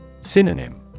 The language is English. Synonym